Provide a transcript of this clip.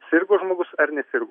sirgo žmogus ar nesirgo